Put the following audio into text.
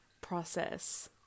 process